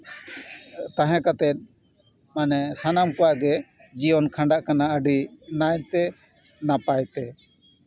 ᱛᱟᱦᱮᱸ ᱠᱟᱛᱮᱜ ᱢᱟᱱᱮ ᱥᱟᱱᱟᱢ ᱠᱚᱣᱟᱜ ᱜᱮ ᱡᱤᱭᱚᱱ ᱠᱷᱟᱸᱰᱟᱜ ᱠᱟᱱᱟ ᱟᱹᱰᱤ ᱱᱟᱭ ᱛᱮ ᱱᱟᱯᱟᱭ ᱛᱮ